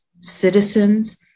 citizens